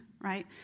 right